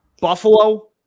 Buffalo